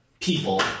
people